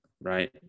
right